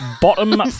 bottom